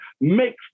makes